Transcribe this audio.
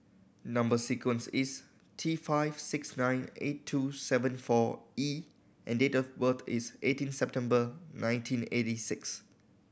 number sequence is T five six nine eight two seven four E and date of birth is eighteen September nineteen eighty six